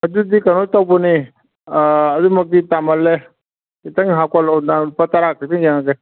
ꯑꯗꯨꯗꯤ ꯀꯩꯅꯣ ꯇꯧꯕꯅꯦ ꯑꯗꯨꯃꯛꯇꯤ ꯇꯥꯃꯜꯂꯦ ꯈꯤꯇꯪ ꯍꯥꯞꯀꯠꯂꯣ ꯅꯪ ꯂꯨꯄꯥ ꯇꯔꯥ ꯈꯛꯇꯪ ꯌꯦꯡꯉꯒꯦ